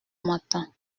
matin